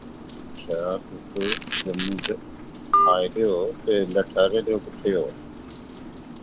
अच्छा तुस जम्मू आए दे ओ ते इल्लै ठैह्रे दे कु'त्थे ओ